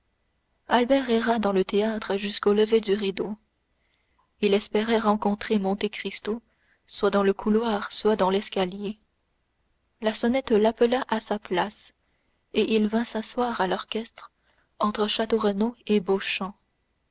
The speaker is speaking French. albert erra dans le théâtre jusqu'au lever du rideau il espérait rencontrer monte cristo soit dans le couloir soit dans l'escalier la sonnette l'appela à sa place et il vint s'asseoir à l'orchestre entre château renaud et